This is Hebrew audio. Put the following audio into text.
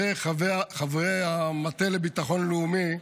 וחברי המטה לביטחון לאומי,